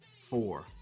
four